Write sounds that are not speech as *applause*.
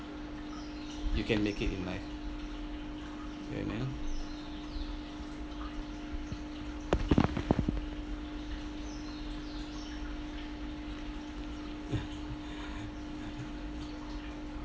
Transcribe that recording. you can make it in life you know *laughs*